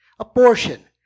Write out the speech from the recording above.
abortion